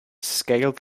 scaled